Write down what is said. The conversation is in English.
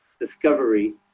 discovery